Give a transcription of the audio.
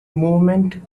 movement